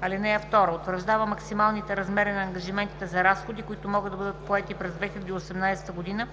(2) Утвърждава максималните размери на ангажиментите за разходи, които могат да бъдат поети през 2018 г.,